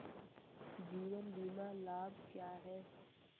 जीवन बीमा लाभ क्या हैं?